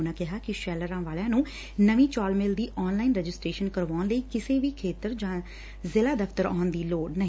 ਉਨਾ ਕਿਹਾ ਕਿ ਸ਼ੈਲਰਾਂ ਵਾਲਿਆਂ ਨੂੰ ਨਵੀ ਚੌਲ ਮਿੱਲ ਦੀ ਆਨਲਾਈਨ ਰਜਿਸਟਰੇਸ਼ਨ ਕਰਾਉਣ ਲਈ ਕਿਸੇ ਵੀ ਖੇਤਰ ਜਾਂ ਜ਼ਿਲ੍ਹਾ ਦਫ਼ਤਰ ਆਉਣ ਦੀ ਲੋੜ ਨਹੀਂ